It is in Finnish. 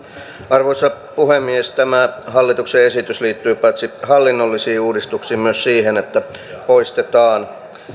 arvoisa puhemies tämä hallituksen esitys liittyy paitsi hallinnollisiin uudistuksiin myös siihen että poistetaan